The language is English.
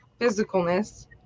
physicalness